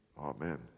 Amen